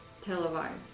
Televised